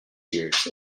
years